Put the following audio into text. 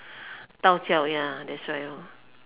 道教 ya that's right ah